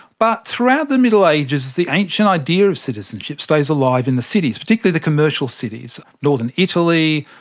but throughout the middle ages the ancient idea of citizenship stays alive in the cities, particularly the commercial cities. northern italy,